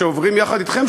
שעוברים יחד אתכם,